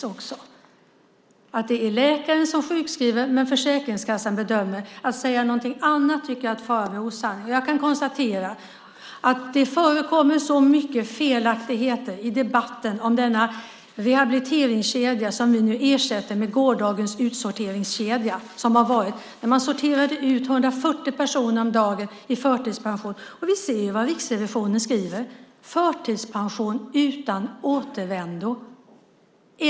Det är läkaren som sjukskriver, men Försäkringskassan bedömer. Att säga någonting annat tycker jag är att fara med osanning. Jag kan konstatera att det förekommer så många felaktigheter i debatten om denna rehabiliteringskedja som vi nu ersätter gårdagens utsorteringskedja med. Man sorterade ut 140 personer om dagen i förtidspension. Vi kan se vad Riksrevisionen skriver: Förtidspension utan återvändo.